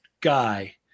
guy